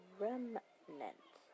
remnant